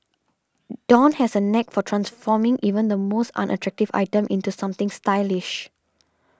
Dawn has a knack for transforming even the most unattractive item into something stylish